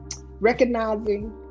recognizing